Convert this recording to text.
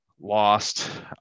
Lost